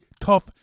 tough